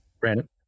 Brandon